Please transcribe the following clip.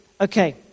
okay